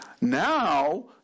Now